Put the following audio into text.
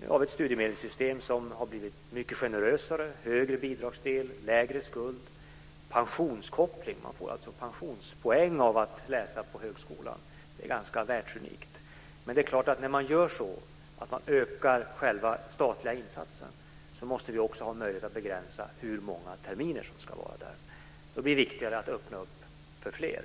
Nu har vi ett studiemedelssystem som är mycket generösare än tidigare. Bidragsdelen är högre och skulden därmed lägre. Det är kopplat till pensionen, vilket innebär att man får pensionspoäng av att läsa på högskola. Det är ganska världsunikt. När vi ökar den statliga insatsen måste vi naturligtvis också ha möjlighet att begränsa antalet terminer som studiemedlet ska omfatta. Det är viktigare att öppna högskolan för fler.